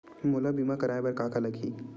मोला बीमा कराये बर का का लगही?